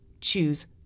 choose